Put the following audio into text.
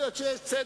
תודה, אדוני